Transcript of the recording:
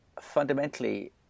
Fundamentally